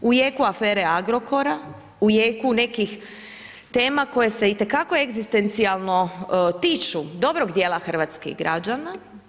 U jeke afere Agrokora, u jeku nekih tema, koje se itekako egzistencijalno tiču dobrog dijela hrvatskih građana.